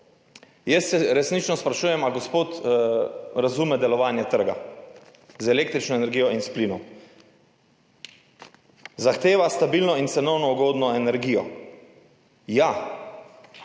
Jaz se resnično sprašujem, ali gospod razume delovanje trga z električno energijo in s plinom. Zahteva stabilno in cenovno ugodno energijo. Ja,